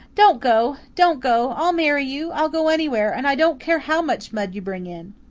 don't go don't go i'll marry you i'll go anywhere and i don't care how much mud you bring in!